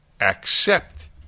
accept